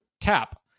tap